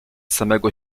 samego